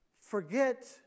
forget